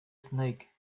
snake